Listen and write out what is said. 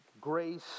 Grace